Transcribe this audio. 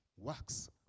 works